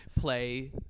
play